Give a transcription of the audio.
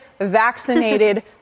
vaccinated